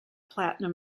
platinum